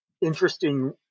interesting